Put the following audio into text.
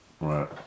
Right